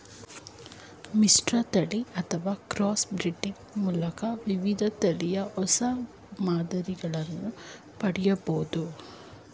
ಮಿಶ್ರತಳಿ ಅಥವಾ cross breeding ಮೂಲಕ ವಿವಿಧ ತಳಿಯ ಹೊಸ ಮಾದರಿಗಳನ್ನು ಪಡೆಯಬೋದು